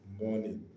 morning